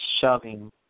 shoving